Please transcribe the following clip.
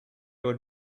would